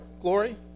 glory